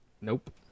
Nope